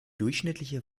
durchschnittliche